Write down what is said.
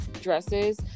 dresses